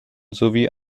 sowie